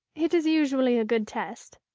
it is usually a good test.